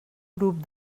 grup